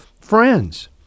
friends